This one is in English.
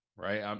Right